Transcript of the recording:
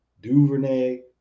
DuVernay